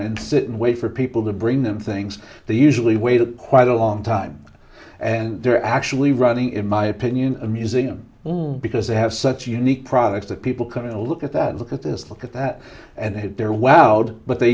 and sit and wait for people to bring them things they usually waited quite a long time and they're actually running in my opinion a museum because they have such unique products that people come in to look at that look at this look at that and had their wowed but they